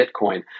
Bitcoin